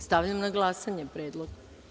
Stavljam na glasanje ovaj predlog.